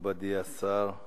מכובדי השר,